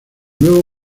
nuevo